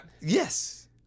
Yes